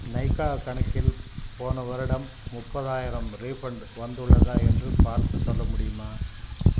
நைகா கணக்கில் போன வருடம் முப்பதாயிரம் ரீஃபண்ட் வந்துள்ளதா என்று பார்த்துச் சொல்ல முடியுமா